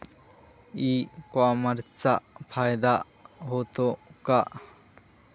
E कॉमर्सचा फायदा होतो का?